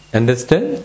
understand